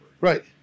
Right